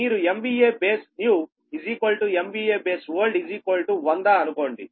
మీరు Bnew Bold 100 అనుకోండి